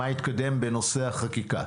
מה התקדם בנושא החקיקה.